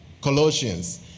Colossians